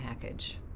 package